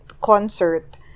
concert